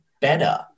better